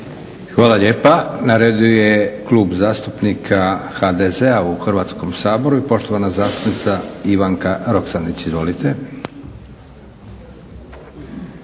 Hvala lijepa. Na redu je Klub zastupnika HDZ-a u Hrvatskom saboru i poštovana zastupnica Ivanka Roksandić. Izvolite.